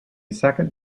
second